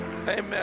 Amen